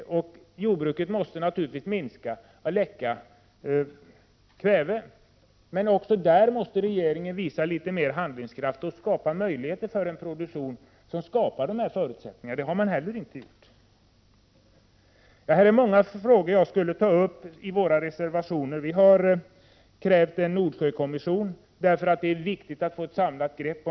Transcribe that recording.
Kväveläckaget inom jordbruket måste naturligtvis minska. Även här måste regeringen visa sig litet mer handlingskraftig och skapa möjligheter för en produktion som medför förbättringar. Det har inte heller gjorts. Jag skulle kunna ta upp många frågor som berörs i våra reservationer. Vi har krävt att det tillsätts en Nordsjökommission, eftersom det är viktigt att man får ett samlat grepp.